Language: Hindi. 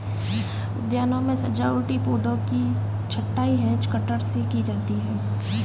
उद्यानों में सजावटी पौधों की छँटाई हैज कटर से की जाती है